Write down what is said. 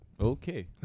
Okay